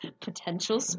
Potential